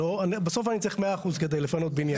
בסוף אני צריך 100 אחוז כדי לפנות בניין.